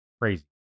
Crazy